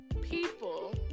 people